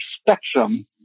spectrum